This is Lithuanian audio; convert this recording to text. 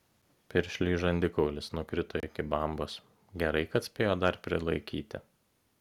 piršliui žandikaulis nukrito iki bambos gerai kad spėjo dar prilaikyti